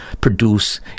produce